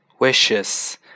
Wishes